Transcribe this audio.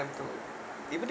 time to even if